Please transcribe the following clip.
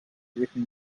written